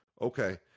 okay